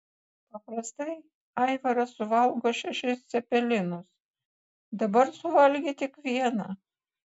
paprastai aivaras suvalgo šešis cepelinus dabar suvalgė tik vieną